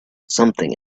something